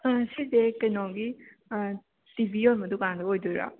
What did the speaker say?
ꯁꯤꯁꯦ ꯀꯩꯅꯣꯒꯤ ꯇꯤ ꯕꯤ ꯌꯣꯟꯕ ꯗꯨꯀꯥꯟꯗꯨ ꯑꯣꯏꯗꯣꯏꯔꯥ